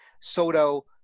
Soto